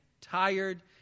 tired